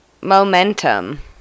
Momentum